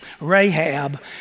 Rahab